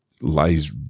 lies